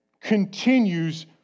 continues